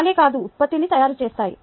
కణాలే కదా ఉత్పత్తిని తయారు చేస్తాయి